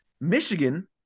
Michigan